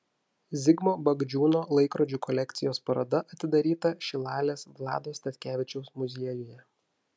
zigmo bagdžiūno laikrodžių kolekcijos paroda atidaryta šilalės vlado statkevičiaus muziejuje